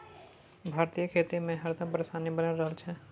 भारतीय खेती में हरदम परेशानी बनले रहे छै